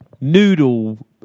noodle